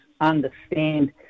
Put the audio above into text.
understand